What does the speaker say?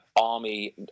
Army